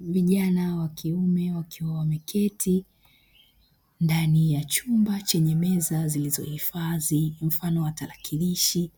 Vijana wa kiume wameketi ndani ya chumba chenye meza zilizohifadhi mfano wa tarakilishi,